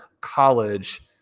college